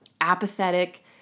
apathetic